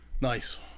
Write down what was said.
Nice